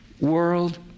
world